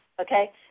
Okay